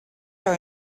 are